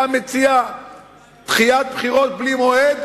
אתה מציע דחיית בחירות בלי מועד?